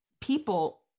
people